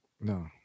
No